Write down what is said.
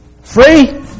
free